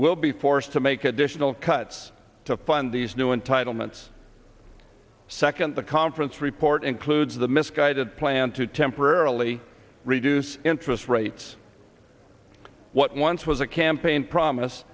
we'll be forced to make additional cuts to fund these new entitlements second the conference report includes the misguided plan to temporarily reduce interest rates what once was a campaign promise